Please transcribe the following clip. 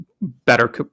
better